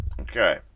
Okay